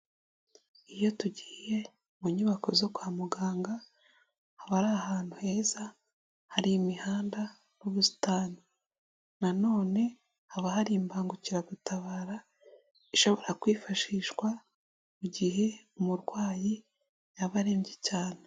Iyo tugiye mu nyubako zo kwa muganga haba ari ahantu heza hari imihanda n'ubusitani, nanone haba hari imbangukiragutabara ishobora kwifashishwa mu gihe umurwayi yaba arembye cyane.